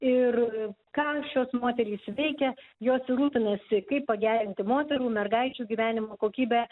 ir ką šios moterys veikia jos rūpinasi kaip pagerinti moterų mergaičių gyvenimo kokybę